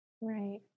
Right